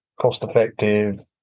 cost-effective